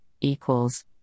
equals